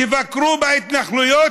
תבקרו בהתנחלויות,